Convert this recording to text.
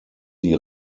die